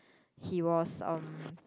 he was um